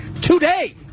today